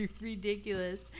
ridiculous